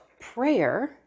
prayer